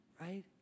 right